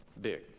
big